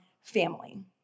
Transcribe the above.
family